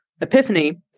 epiphany